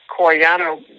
Coriano